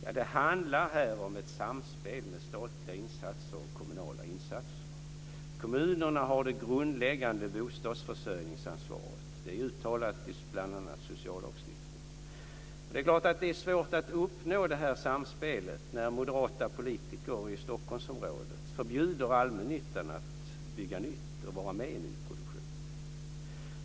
Det handlar här om ett samspel med statliga och kommunala insatser. Kommunerna har det grundläggande bostadsförsörjningsansvaret. Det är uttalat bl.a. i sociallagstiftningen. Det är naturligtvis svårt att uppnå det här samspelet när moderata politiker i Stockholmsområdet förbjuder allmännyttan att bygga nytt och vara med i nyproduktionen.